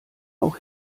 auch